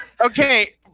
okay